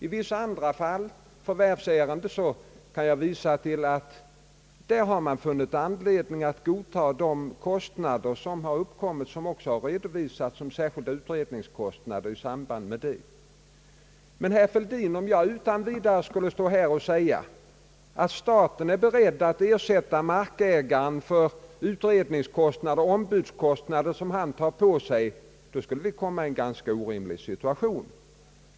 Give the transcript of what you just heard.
I vissa andra förvärvsärenden har man funnit anledning att godta samtliga kostnader som uppkommit, också sådana som redovisats som särskilda utredningskostnader i samband med marköverlåtelsen. Men, herr Fälldin, om jag utan vidare skulle stå här och säga, att staten är beredd att generellt ersätta markägare för utredningskostnader och ombudskostnader som han tar på sig, skulle vi hamna i en ganska orimlig situation.